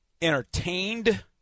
entertained